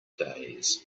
days